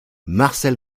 marcel